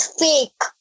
fake